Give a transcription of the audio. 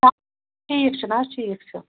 ٹھیٖک چھُ نہ حظ ٹھیٖک چھُ